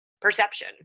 perception